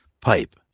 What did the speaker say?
Pipe